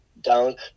dunk